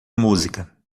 música